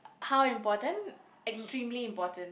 how important extremely important